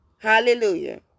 Hallelujah